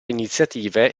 iniziative